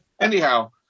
Anyhow